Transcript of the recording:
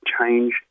change